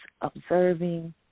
observing